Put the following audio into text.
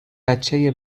بچه